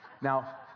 Now